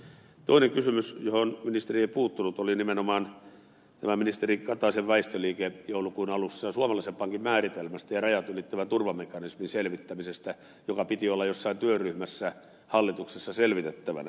toinen kysymys johon ministeri ei puuttunut oli nimenomaan tämä ministeri kataisen väistöliike joulukuun alussa suomalaisen pankin määritelmästä ja rajat ylittävän turvamekanismin selvittämisestä jonka piti olla jossain työryhmässä hallituksessa selvitettävänä